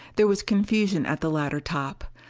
there was confusion at the ladder top.